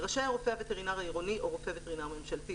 "רשאי הרופא הווטרינר העירוני או רופא וטרינר ממשלתי,